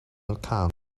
account